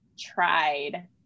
tried